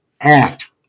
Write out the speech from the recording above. act